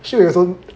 Shi Wei also